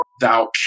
thou